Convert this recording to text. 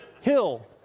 Hill